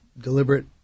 deliberate